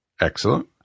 Excellent